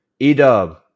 Edub